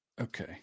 Okay